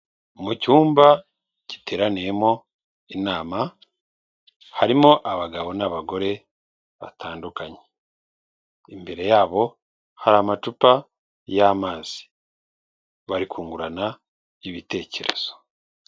Mu cyumba giteraniyemo inama, harimo abagabo n'abagore batandukanye. Imbere yabo hari amacupa y'amazi. Bari kungurana ibitekerezo.